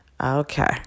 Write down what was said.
Okay